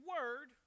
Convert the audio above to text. word